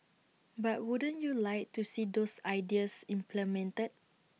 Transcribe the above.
but wouldn't you like to see those ideas implemented